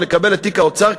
ונקבל את תיק האוצר,